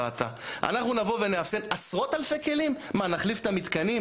הראיתי לה מה יש לנו קומה שבה אנחנו מאפסנים את הכלים,